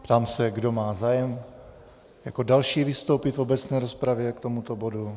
Ptám se, kdo má zájem jako další vystoupit v obecné rozpravě k tomuto bodu.